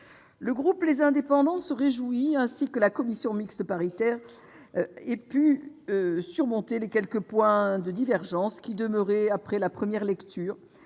Le groupe Les Indépendants se réjouit ainsi que la commission mixte paritaire ait pu surmonter les quelques points de divergence qui demeuraient après la première lecture.